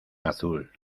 azul